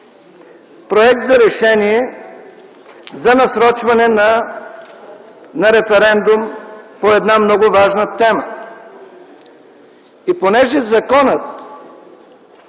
проект за Решение за насрочване на референдум по една много важна тема. Понеже законът